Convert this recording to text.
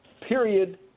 Period